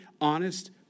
honest